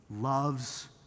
loves